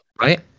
right